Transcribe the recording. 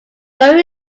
though